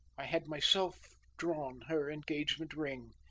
i had myself drawn her engagement ring.